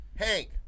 Hank